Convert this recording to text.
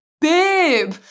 Babe